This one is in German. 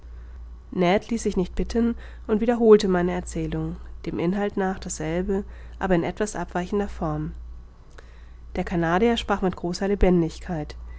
ließ sich nicht bitten und wiederholte meine erzählung dem inhalte nach dasselbe aber in etwas abweichender form der canadier sprach mit großer lebendigkeit